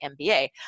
MBA